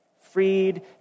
freed